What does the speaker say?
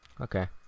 okay